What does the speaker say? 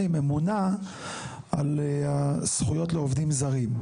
היא ממונה על הזכויות לעובדים זרים.